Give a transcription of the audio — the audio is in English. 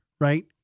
right